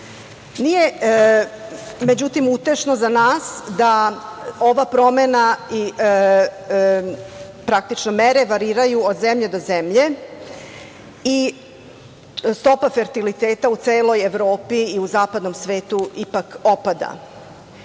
Nije, međutim utešno za nas, da ova promena i praktično mere variraju od zemlje do zemlje i stopa fertiliteta u celoj Evropi i u zapadnom svetu, ipak